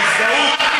שיתחילו לחקור,